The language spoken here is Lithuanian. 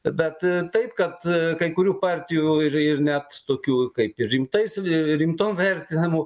bet taip kad kai kurių partijų ir ir net tokių kaip ir rimtais rimtom vertinamų